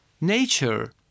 nature